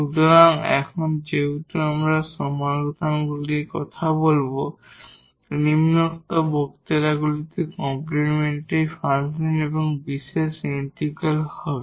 সুতরাং এখন যেহেতু আমরা এই সমাধানগুলির কথা বলব নিম্নোক্ত বক্তৃতাগুলিতে কমপ্লিমেন্টরি ফাংশন এবং বিশেষ ইন্টিগ্রাল হবে